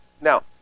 Now